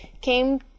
came